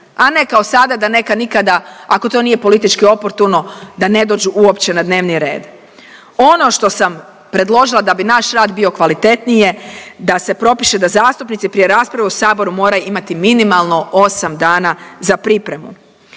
A ne kao sada da neka nikada ako to nije politički oportuno, da ne dođu uopće na dnevni red. Ono što sam predložila da bi naš rad bio kvalitetniji je da se propiše da zastupnici prije rasprave u Saboru moraju imati minimalno 8 dana za pripremu.